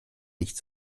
nicht